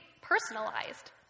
personalized